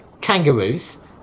kangaroos